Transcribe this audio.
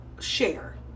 share